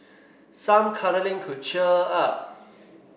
some cuddling could cheer her up